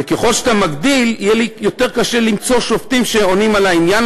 וככל שאתה מגדיל יהיה לי יותר קשה למצוא שופטים שעונים על העניין,